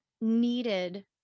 needed